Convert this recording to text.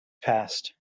passed